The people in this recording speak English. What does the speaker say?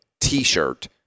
t-shirt